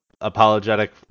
apologetic